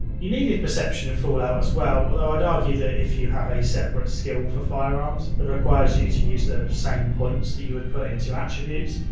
you needed perception in fallout as well, although i'd argue that if you have a separate skill for firearms that requires you you to use the same points that you would put into attributes,